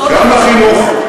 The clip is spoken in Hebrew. גם לחינוך,